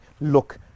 look